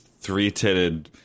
three-titted